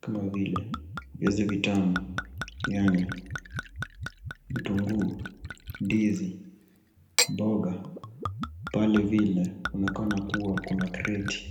kama vile viazi vitamu, nyanya, vitunguu, ndizi, mboga pale vile inaonekana kuwa kuna kreti.